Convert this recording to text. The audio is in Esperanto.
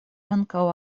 ankaŭ